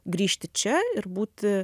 grįžti čia ir būti